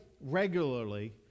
regularly